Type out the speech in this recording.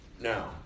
Now